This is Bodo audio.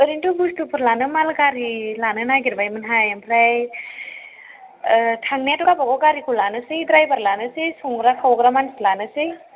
ओरैनोथ' बुस्तुफोर लानो माल गारि लानो नागिरबायमोनहाय ओमफ्राय थांनायाथ' गावबागाव गारिखौ लानोसै ड्रायभार लानोसै संग्रा खावग्रा मानसि लानोसै